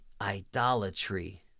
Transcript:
idolatry